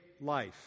life